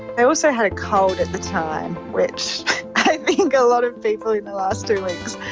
i also had a cold at the time, which i think a lot of people in the last two weeks,